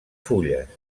fulles